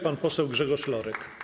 Pan poseł Grzegorz Lorek.